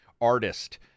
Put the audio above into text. artist